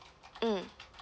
mm